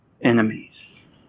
enemies